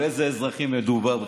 על אילו אזרחים מדובר בכלל?